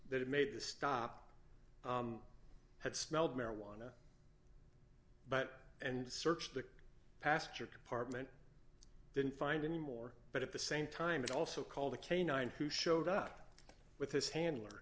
that made the stop had smelled marijuana but and searched the passenger compartment didn't find any more but at the same time it also called a canine who showed up with his handler